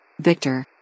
Victor